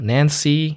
Nancy